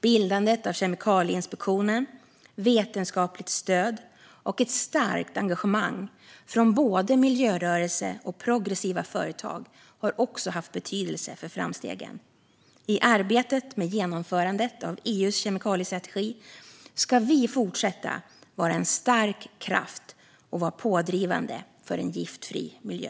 Bildandet av Kemikalieinspektionen, vetenskapligt stöd och ett starkt engagemang från både miljörörelse och progressiva företag har också haft betydelse för framstegen. I arbetet med genomförandet av EU:s kemikaliestrategi ska vi fortsätta att vara en stark kraft och vara pådrivande för en giftfri miljö.